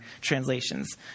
translations